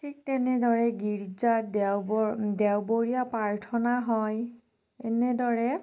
ঠিক তেনেদৰে গীৰ্জাত দেওবৰ দেওবৰীয়া প্ৰাৰ্থনা হয় এনেদৰে